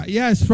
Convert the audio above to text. yes